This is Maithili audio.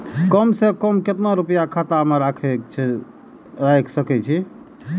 कम से कम केतना रूपया खाता में राइख सके छी?